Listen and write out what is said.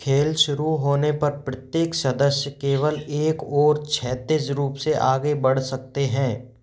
खेल शुरू होने पर प्रत्येक सदस्य केवल एक ओर क्षितिज रूप से आगे बढ़ सकते हैं